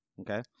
okay